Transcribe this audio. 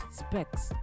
specs